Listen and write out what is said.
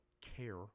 care